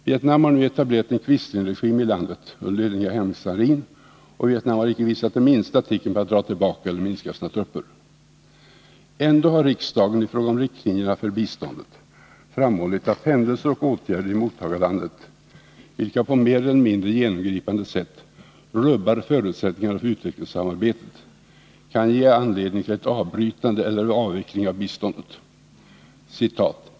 Vietnam har nu etablerat en Quislingregim i landet under ledning av Heng Samrin, och Vietnam har icke visat det minsta tecken på att dra tillbaka eller minska sina trupper. Ändå har riksdagen i fråga om riktlinjerna för bistånd framhållit att händelser och åtgärder i mottagarlandet, vilka på mer eller mindre genomgripande sätt rubbar förutsättningarna för utvecklingssamarbete, kan ge anledning till ett avbrytande eller avvecklande av biståndet.